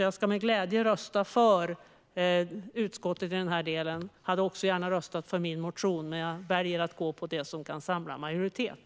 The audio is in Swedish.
Jag ska med glädje rösta för utskottets linje i den här delen. Jag hade också gärna röstat för min motion, men jag väljer att gå på det som kan samla en majoritet.